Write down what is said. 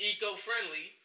Eco-friendly